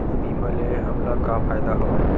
बीमा ले हमला का फ़ायदा हवय?